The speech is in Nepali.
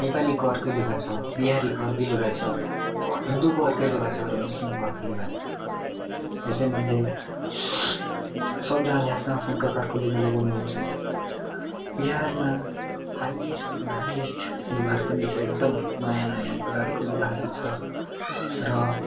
नेपालीको अर्कै लुगा छ बिहारीको अर्कै लुगा छ हिन्दूको अर्कै लुगा छ र मुस्लिमको अर्कै लुगा छ यसैमध्ये सबजनाले आफ्नो आफ्नो प्रकारको लुगा लगाउनु हुन्छ बिहारमा हाइएस्टभन्दा हाइएस्ट लुगाहरू पनि छ एकदम नयाँ नयाँ प्रकारको लुगाहरू छ र